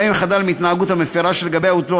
גם אם חדל מההתנהגות המפרה שלגביה הוטלו